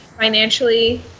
financially